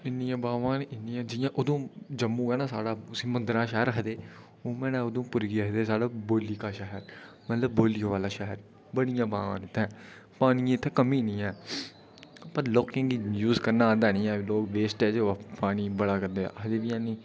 जि'यां जम्मू ऐ ना साढ़ा उसी मंदरे दा शैह्र आखदे उ'आं गै उधमपुर गी बौलियें दा शैह्र आखदे बड़ियां बावां न इत्थै पानिये दी कमी गै नीं ऐ पर लोकें गी यूज़ करना औंदा गै नीं ऐ लोग पानी दी वेसटेज बड़ी करदे